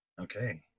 Okay